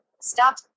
stop